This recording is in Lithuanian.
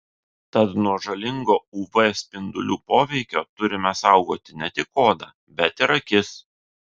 tad nuo žalingo uv spindulių poveikio turime saugoti ne tik odą bet ir akis